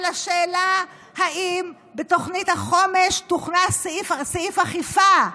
על השאלה אם בתוכנית החומש יוכנס סעיף אכיפה,